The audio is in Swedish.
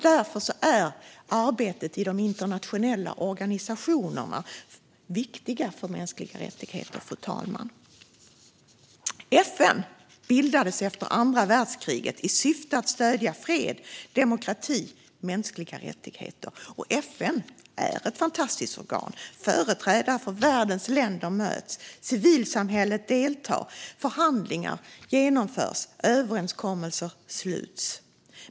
Därför är arbetet i de internationella organisationerna viktigt för mänskliga rättigheter, fru talman. FN bildades efter andra världskriget i syfte att stödja fred, demokrati och mänskliga rättigheter. FN är ett fantastiskt organ. Företrädare för världens länder möts, civilsamhället deltar, förhandlingar genomförs och överenskommelser sluts.